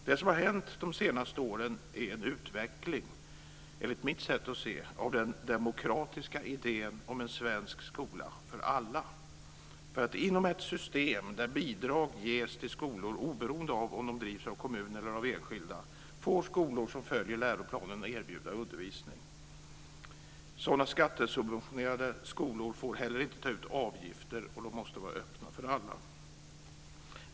Det som har hänt de senaste åren är, enligt mitt sätt att se, en utveckling av den demokratiska idén om en svensk skola för alla. Inom ett system där bidrag ges till skolor oberoende av om de drivs av kommun eller av enskilda får skolor som följer läroplanen erbjuda undervisning. Sådana skattesubventionerade skolor får heller inte ta ut avgifter och de måste vara öppna för alla.